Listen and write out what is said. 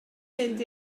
mynd